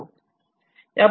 याबद्दल आपणास माहिती आहे काय